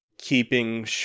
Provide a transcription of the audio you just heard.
keeping